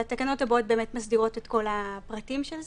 התקנות הבאות באמת מסדירות את כל הפרטים של זה.